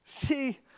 See